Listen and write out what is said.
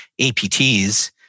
APTs